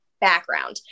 background